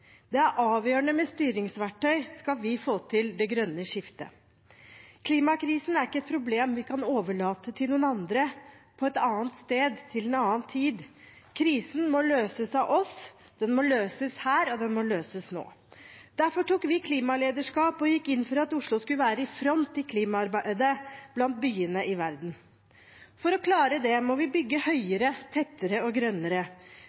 Det er avgjørende med styringsverktøy hvis vi skal få til det grønne skiftet. Klimakrisen er ikke et problem vi kan overlate til noen andre, på et annet sted til en annen tid. Krisen må løses av oss, den må løses her, og den må løses nå. Derfor tok vi klimalederskap og gikk inn for at Oslo skulle være i front i klimaarbeidet blant byene i verden. For å klare det må vi bygge høyere, tettere og grønnere.